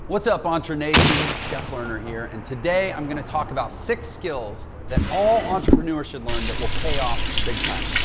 what's up, entre nation? jeff lerner here and today i'm going to talk about six skills that all entrepreneurs should learn that will pay off big time.